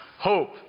hope